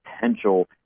potential